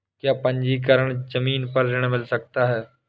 क्या पंजीकरण ज़मीन पर ऋण मिल सकता है?